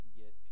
get